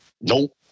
Nope